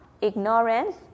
ignorance